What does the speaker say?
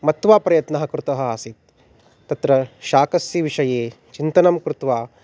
मत्वा प्रयत्नः कृतः आसीत् तत्र शाकस्य विषये चिन्तनं कृत्वा